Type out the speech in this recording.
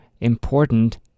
important